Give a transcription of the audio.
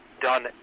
done